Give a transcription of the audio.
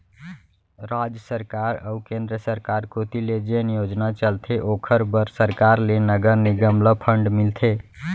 राज सरकार अऊ केंद्र सरकार कोती ले जेन योजना चलथे ओखर बर सरकार ले नगर निगम ल फंड मिलथे